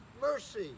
mercy